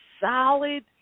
solid